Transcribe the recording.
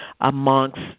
amongst